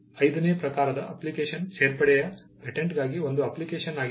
ಐದನೇ ಪ್ರಕಾರದ ಅಪ್ಲಿಕೇಶನ್ ಸೇರ್ಪಡೆಯ ಪೇಟೆಂಟ್ಗಾಗಿ ಒಂದು ಅಪ್ಲಿಕೇಶನ್ ಆಗಿದೆ